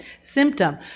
symptom